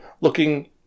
looking